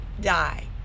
die